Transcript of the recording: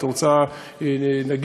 את רוצה להגיש?